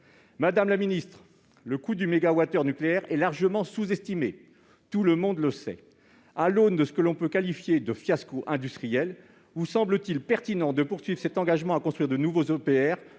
monde le sait, le coût du mégawattheure nucléaire est largement sous-estimé. À l'aune de ce que l'on peut qualifier de fiasco industriel, vous semble-t-il pertinent de poursuivre cet engagement à construire de nouveaux EPR,